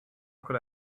could